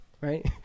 right